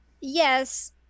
yes